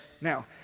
Now